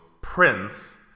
Prince